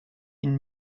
une